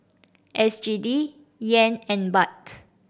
S G D Yen and Baht